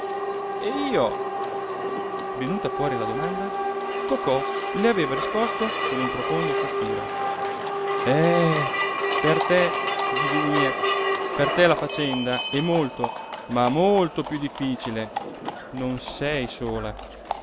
e io venuta fuori la domanda cocò le aveva risposto con un profondo sospiro eh per te didì mia per te la faccenda è molto ma molto più difficile non sei sola